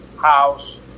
house